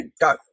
Go